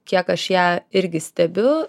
kiek aš ją irgi stebiu